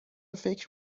فکر